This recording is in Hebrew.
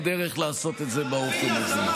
אין דרך לעשות את זה באופן הזה.